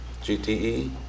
GTE